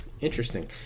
Interesting